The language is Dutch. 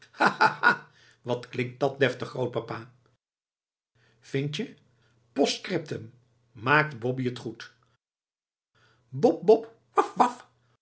wat klinkt dat deftig grootpapa vind je postcriptum maakt boppie t goed bop